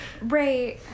right